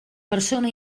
persona